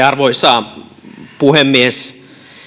arvoisa puhemies